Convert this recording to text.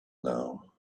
now